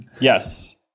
Yes